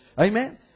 Amen